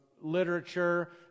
literature